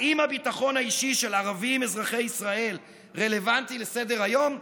האם הביטחון האישי של ערבים אזרחי ישראל רלוונטי לסדר-היום?